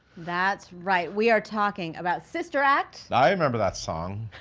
that's right, we are talking about sister act. i remember that song,